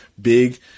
big